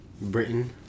Britain